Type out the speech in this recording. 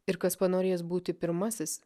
ir kas panorės būti pirmasis